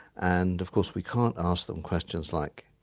and of course we can't ask them questions like,